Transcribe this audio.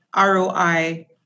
ROI